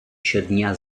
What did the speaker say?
щодня